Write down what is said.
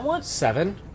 seven